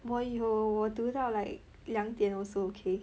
我有我读到 like 两点 also okay